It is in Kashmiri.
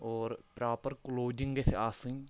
اور پرٛاپر کٕلوتھِنٛگ گژھہِ آسٕنۍ